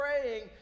praying